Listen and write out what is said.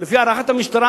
לפי הערכת המשטרה,